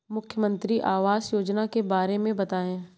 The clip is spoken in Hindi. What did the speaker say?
मुख्यमंत्री आवास योजना के बारे में बताए?